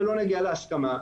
ולא נגיע להסכמה,